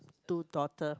two daughter